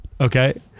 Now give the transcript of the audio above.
Okay